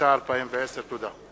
התש"ע 2010. תודה.